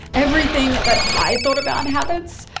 everything but i thought about habits,